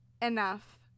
enough